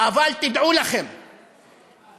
אבל תדעו לכם שאנחנו,